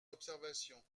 observations